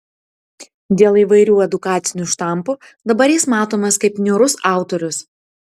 dėl įvairių edukacinių štampų dabar jis matomas kaip niūrus autorius